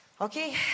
okay